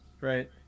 right